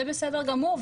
זה בסדר גמור,